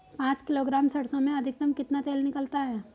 पाँच किलोग्राम सरसों में अधिकतम कितना तेल निकलता है?